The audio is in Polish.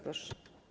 Proszę.